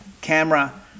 camera